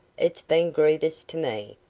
it's been grievous to me,